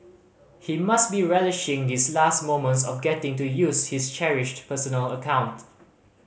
he must be relishing these last moments of getting to use his cherished personal account